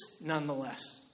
nonetheless